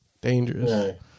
Dangerous